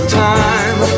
time